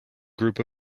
group